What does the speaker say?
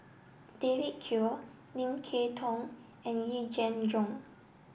David Kwo Lim Kay Tong and Yee Jenn Jong